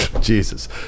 Jesus